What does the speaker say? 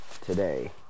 today